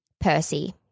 Percy